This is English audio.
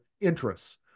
interests